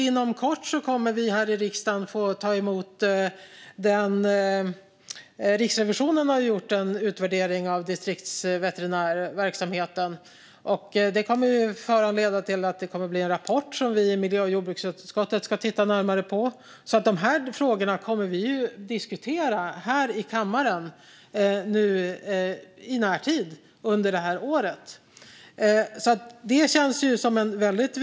Inom kort kommer riksdagen att få ta emot den utvärdering Riksrevisionen har gjort av distriktsveterinärverksamheten. Denna rapport kommer miljö och jordbruksutskottet att titta närmare på, och vi kommer alltså att diskutera dessa frågor i kammaren under året. Det känns viktigt.